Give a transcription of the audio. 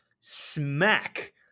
smack